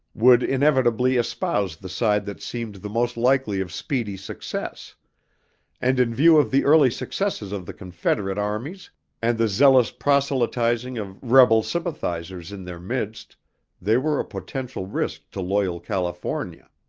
would inevitably espouse the side that seemed the most likely of speedy success and in view of the early successes of the confederate armies and the zealous proselytizing of rebel sympathizers in their midst they were a potential risk to loyal california.